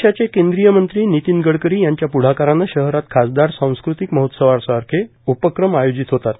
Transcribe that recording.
देशाचे केंद्रीय मंत्री नितीन गडकरी यांच्या प्ढाकाराने शहरात खासदार सांस्कृतिक महोत्सवासारखे उपक्रम आयोजित होतात